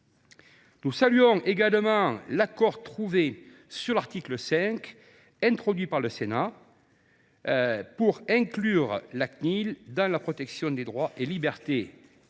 Nous saluons également l’accord trouvé sur l’article 5, introduit par le Sénat, qui donne à la Cnil un rôle dans la protection des droits et libertés